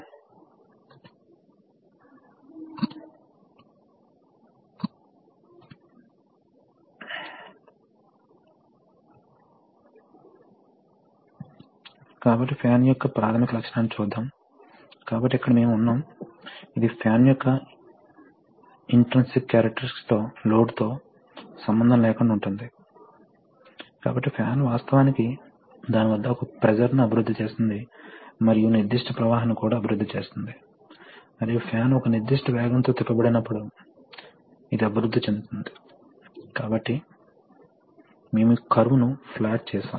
ఒక కారణం ఏమిటంటే న్యుమాటిక్స్లో కాంపోనెంట్స్ యొక్క ధర ప్రాథమికంగా కంప్రెసర్ అయిన ఎయిర్ హ్యాండ్లింగ్ పరికరాలు వాస్తవానికి అప్లికేషన్ మధ్య పంచుకోబడతాయి కాబట్టి మీరు ఒక ఫ్యాక్టరీలో ఒకదానికి వెళితే ఫ్యాక్టరీ టెల్కో చెప్పనివ్వండి మీరు టెల్కో యొక్క అసెంబ్లీ ప్లాంటుకు వెళితే అక్కడ అనేక ప్రదేశాలు ఉన్నాయని మీకు తెలుస్తుంది కాబట్టి ఈ ప్రదేశాలలో ప్రతి ఒక్క చోటా వివిధ రకాల టూల్స్ ఉపయోగించబడుతున్నాయని మీరు కనుగొంటారు